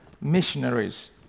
missionaries